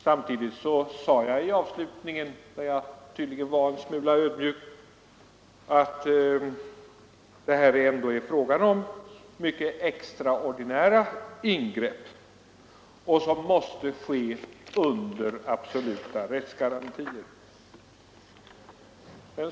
Jag sade också i avslutningen, när jag tydligen var en smula ödmjuk, att det här ändå är fråga om extraordinära ingrepp som måste ske under absoluta rättssäkerhetsgarantier.